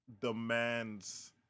demands